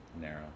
narrow